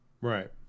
right